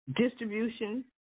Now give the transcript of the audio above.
distribution